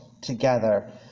together